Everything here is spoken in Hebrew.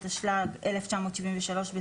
התשל"ג 1973‏,